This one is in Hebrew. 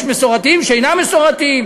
יש מסורתיים ושאינם מסורתיים,